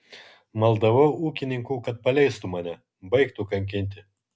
maldavau ūkininkų kad paleistų mane baigtų kankinti